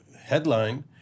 headline